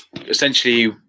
essentially